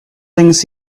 things